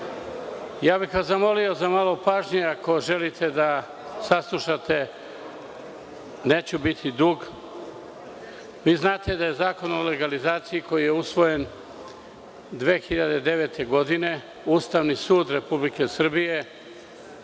bih vas za malo pažnje, ako želite da saslušate, neću dugo. Vi znate da je Zakon o legalizaciji koji je usvojen 2009. godine, Ustavni sud Republike Srbije,